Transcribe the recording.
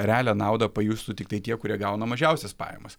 realią naudą pajustų tiktai tie kurie gauna mažiausias pajamas